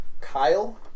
Kyle